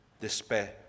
despair